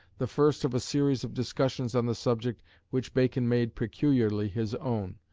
the first of a series of discussions on the subject which bacon made peculiarly his own,